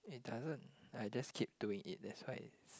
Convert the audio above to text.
it doesn't I just keep doing it that's why it's